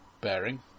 Bearing